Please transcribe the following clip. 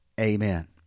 Amen